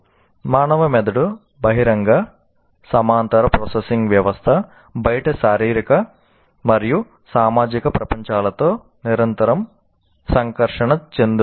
మానవ మెదడు బహిరంగ సమాంతర ప్రాసెసింగ్ వ్యవస్థ బయట శారీరక మరియు సామాజిక ప్రపంచాలతో నిరంతరం సంకర్షణ చెందుతుంది